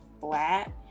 flat